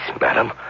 Madam